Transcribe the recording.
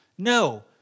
No